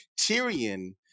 Tyrion